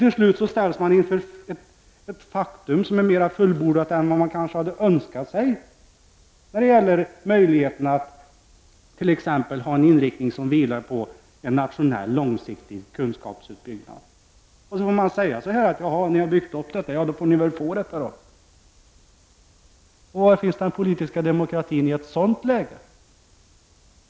Till slut ställs man inför ett faktum som kanske är mera fullbordat än vad man hade önskat sig när det gäller möjligheterna att t.ex. ha en inriktning som bygger på en nationell, långsiktig kunskapsutbyggnad. Då får man säga: Har ni byggt upp detta, ja, då får ni väl ha det där. Var finns den politiska demokratin i ett sådant läge?